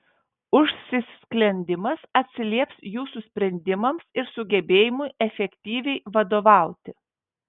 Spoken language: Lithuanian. užsisklendimas atsilieps jūsų sprendimams ir sugebėjimui efektyviai vadovauti